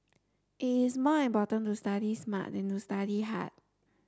it is more important to study smart than to study hard